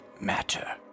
matter